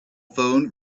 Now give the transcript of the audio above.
phone